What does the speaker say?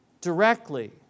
directly